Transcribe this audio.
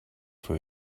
for